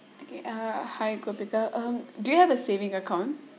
okay uh hi gupika um do you have a saving account